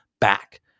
back